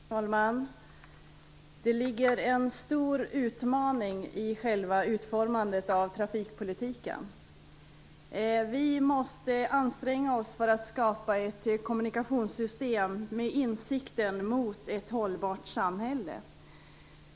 Herr talman! Det ligger en stor utmaning i själva utformandet av trafikpolitiken. Vi måste anstränga oss för att skapa ett kommunikationssystem med inriktning mot ett hållbart samhälle.